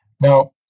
Now